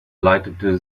leitete